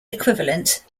equivalent